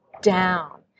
down